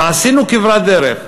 ועשינו כברת דרך.